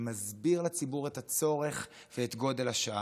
שמסביר לציבור את הצורך ואת גודל השעה,